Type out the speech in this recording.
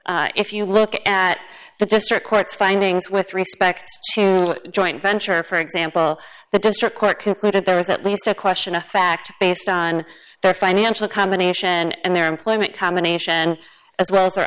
period if you look at the district court's findings with respect to joint venture for example the district court concluded there was at least a question of fact based on their financial combination and their employment combination as well as their